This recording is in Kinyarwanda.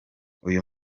uyu